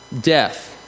death